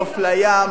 נוף לים,